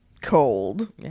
cold